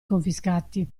confiscati